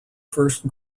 first